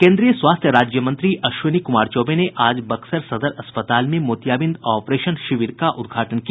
केन्द्रीय स्वास्थ्य राज्यमंत्री अश्विनी कुमार चौबे ने आज बक्सर सदर अस्पताल में मोतियाबिंद ऑपरेशन शिविर का उद्घाटन किया